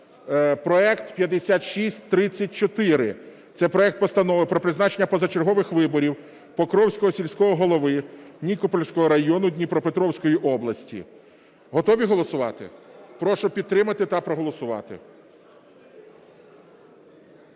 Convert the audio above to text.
проект 5634. Це проект Постанови про призначення позачергових виборів Покровського сільського голови Нікопольського району Дніпропетровської області. Готові голосувати? Прошу підтримати та проголосувати.